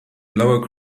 blow